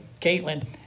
Caitlin